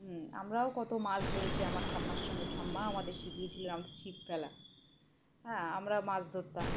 হুম আমরাও কত মাছ ধরেছি আমার ঠাম্মার সঙ্গে ঠাম্মা আমাদের শিখিয়েছিলেন আমরা ছিপ ফেলা হ্যাঁ আমরাও মাছ ধরতাম